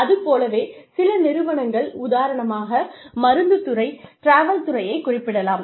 அது போலவே சில நிறுவனங்கள் உதாரணமாக மருந்துத் துறை ட்ராவல் துறையை குறிப்பிடலாம்